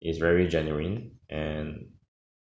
is very genuine and